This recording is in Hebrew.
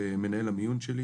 של מצב לא טוב של המערכת,